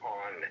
on